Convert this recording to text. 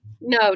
No